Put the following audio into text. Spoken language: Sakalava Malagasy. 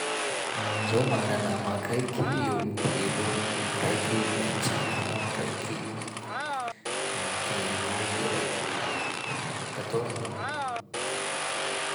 Zaho mana nama akaiky eo amin'ny telo eo: raiky vingt cinq ans, raiky quinze ans, de raiky quatorze ans.